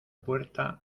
puerta